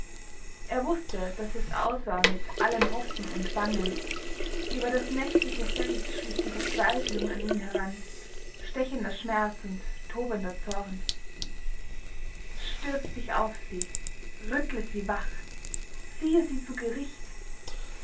er wußte daß es aus war mit allem hoffen und bangen über das nächtliche feld schlich die verzweiflung an ihn heran stechender schmerz und tobender zorn stürz dich auf sie rüttle sie wach ziehe sie zu gericht